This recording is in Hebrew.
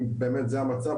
אם באמת זה המצב,